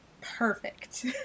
perfect